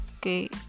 okay